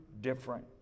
different